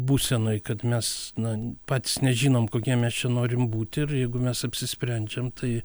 būsenoj kad mes na patys nežinom kokie mes čia norim būti ir jeigu mes apsisprendžiam tai